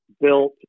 built